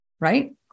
Right